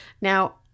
now